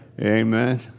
Amen